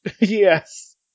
Yes